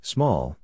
Small